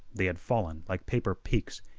they had fallen like paper peaks,